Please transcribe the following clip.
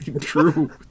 True